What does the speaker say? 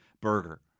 burger